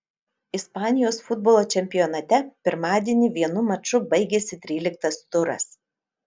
ispanijos futbolo čempionate pirmadienį vienu maču baigėsi tryliktas turas